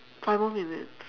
five more minutes